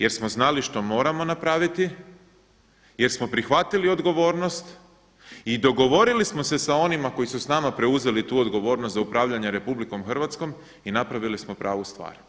Jer smo znali što moramo napraviti, jer smo prihvatili odgovornost i dogovorili smo se s onima koji su s nama preuzeli tu odgovornost za upravljanje Republikom Hrvatskom i napravili smo pravu stvar.